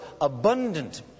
abundant